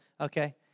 Okay